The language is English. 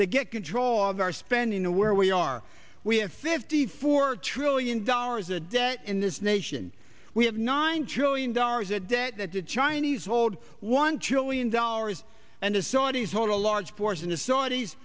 to get control of our spending where we are we have fifty four trillion dollars a day in this nation we have nine trillion dollars a day that the chinese hold one chilean dollars and the saudis own a large force in the saudis